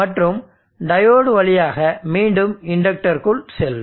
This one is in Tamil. மற்றும் டையோடு வழியாக மீண்டும் இண்டக்டர்க்குள் செல்லும்